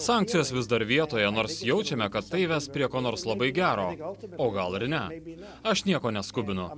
sankcijos vis dar vietoje nors jaučiame kad tai ves prie ko nors labai gero o gal ir ne aš nieko neskubinu